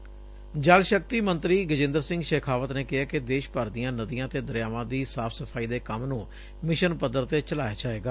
ਕੇਂਦਰੀ ਜਲ ਸ਼ਕਤੀ ਮੰਤਰੀ ਗਜੇਂਦਰ ਸਿੰਘ ਸ਼ੇਖਾਵਤ ਨੇ ਕਿਹੈ ਕਿ ਦੇਸ਼ ਭਰ ਦੀਆਂ ਨਦੀਆਂ ਅਤੇ ਦਰਿਆਵਾਂ ਦੀ ਸਾਫ਼ ਸਫ਼ਾਈ ਦੇ ਕੰਮ ਨੂੰ ਮਿਸ਼ਨ ਪੱਧਰ ਤੇ ਚਲਾਇਆ ਜਾਏਗਾ